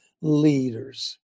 leaders